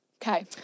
Okay